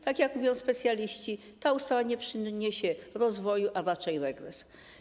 Tak jak mówią specjaliści, ta ustawa przyniesie nie rozwój, a raczej regres.